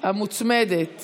המוצמדת